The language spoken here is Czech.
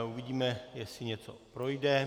Uvidíme, jestli něco projde.